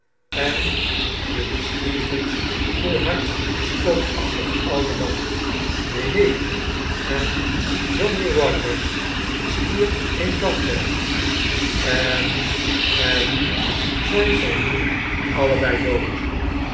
enen billy stevens volhardt de spookachtige oude man neen neen en johnny rogers stierf in dat bed en en zy zyn nu allebei dood